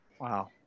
Wow